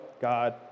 God